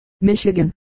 Michigan